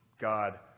God